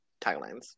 taglines